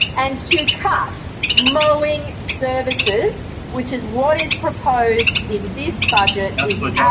and to cut mowing services, which is what is proposed in this budget, and is but yeah